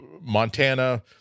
Montana